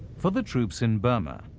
for the troops in burma,